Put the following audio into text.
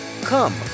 Come